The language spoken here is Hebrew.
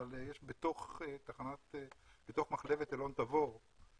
אבל יש בתוך מחלבת אלון תבור,